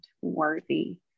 worthy